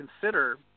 consider